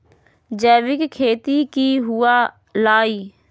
जैविक खेती की हुआ लाई?